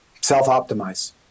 Self-optimize